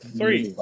Three